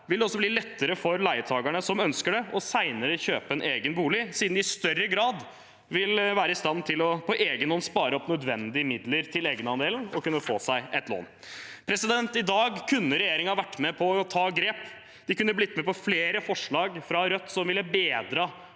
vil det også bli lettere for leietakerne som ønsker det, senere å kjøpe en egen bolig siden de i større grad vil være i stand til på egen hånd å spare opp nødvendige midler til egenandelen og å kunne få seg et lån. I dag kunne regjeringen ha vært med på å ta grep. De kunne blitt med på flere forslag fra Rødt som ville bedret